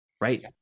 right